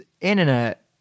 internet